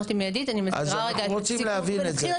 אז אנחנו רוצים להבין את זה.